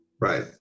Right